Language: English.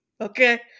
Okay